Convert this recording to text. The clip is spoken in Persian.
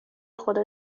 خدا